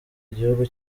igihugu